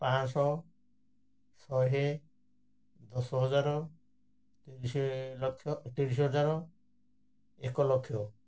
ପାଞ୍ଚଶହ ଶହେ ଦଶ ହଜାର ତିରିଶ ଲକ୍ଷ ତିରିଶ ହଜାର ଏକ ଲକ୍ଷ